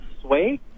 Sway